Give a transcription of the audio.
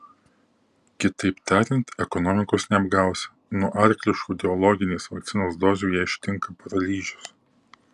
kitaip tariant ekonomikos neapgausi nuo arkliškų ideologinės vakcinos dozių ją ištinka paralyžius